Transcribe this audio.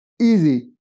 easy